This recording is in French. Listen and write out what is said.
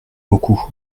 beaucoup